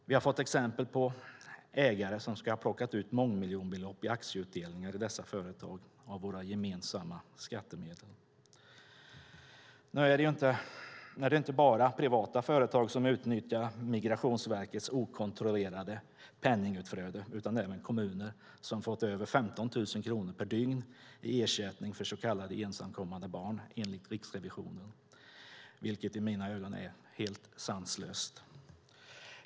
Vi har fått exempel på ägare som ska ha plockat ut mångmiljonbelopp av våra gemensamma skattemedel i aktieutdelningar i dessa företag. Nu är det inte bara privata företag som utnyttjat Migrationsverkets okontrollerade penningutflöde utan även kommuner som, enligt Riksrevisionen, fått över 15 000 kronor per dygn i ersättning för så kallade ensamkommande barn. Det är i mina ögon helt sanslöst.